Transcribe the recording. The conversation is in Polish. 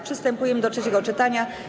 Przystępujemy do trzeciego czytania.